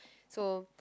so